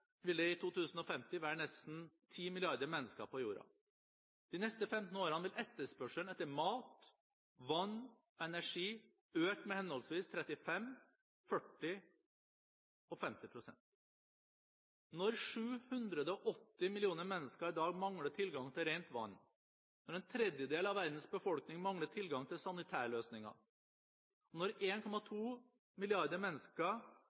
nesten 10 milliarder mennesker på jorda. De neste 15 årene vil etterspørselen etter mat, vann og energi øke med henholdsvis 35, 40 og 50 pst. Når 780 millioner mennesker i dag mangler tilgang til rent vann, når en tredjedel av verdens befolkning mangler tilgang til sanitærløsninger, og når 1,2 milliarder mennesker